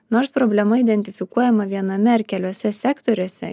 nors problema identifikuojama viename ar keliuose sektoriuose